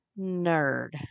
nerd